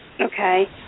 Okay